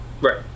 Right